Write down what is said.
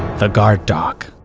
the guard dog.